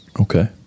Okay